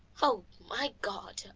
oh! my god!